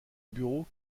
bureau